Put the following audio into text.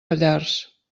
pallars